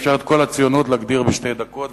אפשר את כל הציונות להגדיר בשתי דקות,